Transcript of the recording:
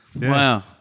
Wow